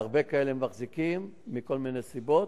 והרבה כאלו מחזיקים, מכל מיני סיבות,